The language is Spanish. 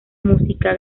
música